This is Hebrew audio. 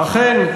אכן,